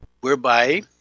whereby